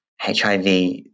HIV